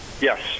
Yes